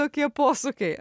tokie posūkiai